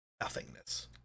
nothingness